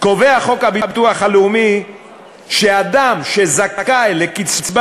קובע חוק הביטוח הלאומי שאדם שזכאי לקצבת